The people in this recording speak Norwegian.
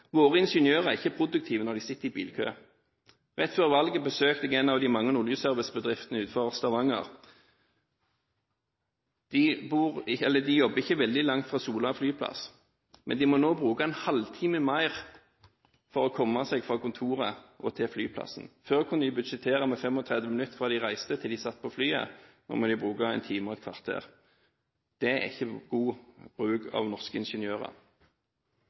Våre ingeniører er ikke produktive når de sitter i bilkø. Rett før valget besøkte jeg en av de mange oljeservicebedriftene utenfor Stavanger. De ligger ikke veldig langt fra Sola flyplass, men ingeniørene må nå bruke en halv time mer for å komme seg fra kontoret og til flyplassen. Før kunne de budsjettere med 35 minutter fra de reiste fra jobben, til de satt på flyet, nå må de bruke en time og et kvarter. Det er ikke god bruk av norske ingeniører.